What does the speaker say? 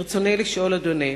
ברצוני לשאול, אדוני: